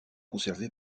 conservé